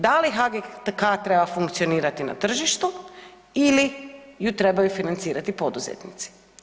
Da li HGK treba funkcionirati na tržištu ili ju trebaju financirati poduzetnici.